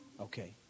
Okay